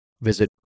visit